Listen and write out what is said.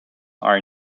are